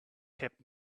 kept